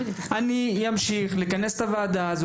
אני אמשיך לכנס את הוועדה,